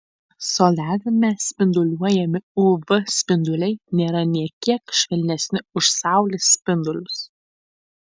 soliariume spinduliuojami uv spinduliai nėra nė kiek švelnesni už saulės spindulius